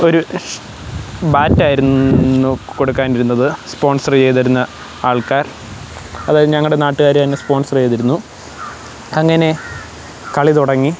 ഒരു ബാറ്റ് ആയിരുന്നു കൊടുക്കാനിരുന്നത് സ്പോൺസർ ചെയ്തിരുന്ന ആൾക്കാർ അത് ഞങ്ങളുടെ നാട്ടുകാർ തന്നെ സ്പോൺസർ ചെയ്തിരുന്നു അങ്ങനെ കളി തുടങ്ങി